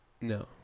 No